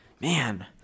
Man